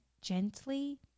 gently